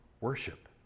worship